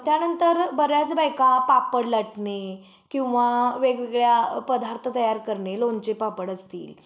त्यानंतर बऱ्याच बायका पापड लाटणे किंवा वेगवेगळ्या पदार्थ तयार करणे लोणचे पापड असतील